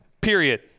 period